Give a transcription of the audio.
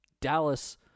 Dallas